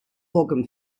organ